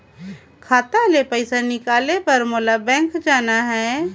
खाता ले पइसा निकाले बर मोला बैंक जाना हे?